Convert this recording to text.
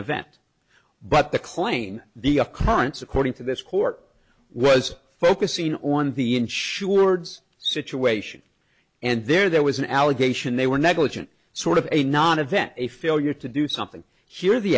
event but the claim the occurrence according to this court was focusing on the insureds situation and there was an allegation they were negligent sort of a nonevent a failure to do something here the